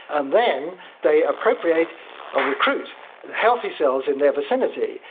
and then they appropriate or recruit the healthy cells in their vicinity.